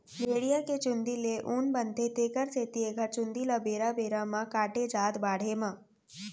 भेड़िया के चूंदी ले ऊन बनथे तेखर सेती एखर चूंदी ल बेरा बेरा म काटे जाथ बाड़हे म